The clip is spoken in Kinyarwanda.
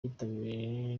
cyitabiriwe